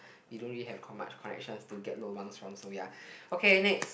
you don't really have con~ much connections to get lobang from so ya okay next